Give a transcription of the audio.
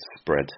spread